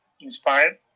inspired